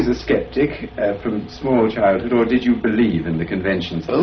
and sceptic from smaller childhood, or did you believe in the conventions? so